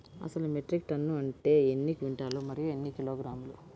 అసలు metric ton అంటే ఎన్ని క్వింటాలు మరియు ఎన్ని కిలోగ్రాములు?